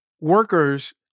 workers